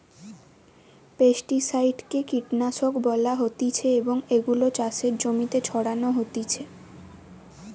pesticide কে কীটনাশক বলা হতিছে এবং এগুলো চাষের জমিতে ছড়ানো হতিছে